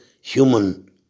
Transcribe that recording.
human